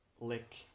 lick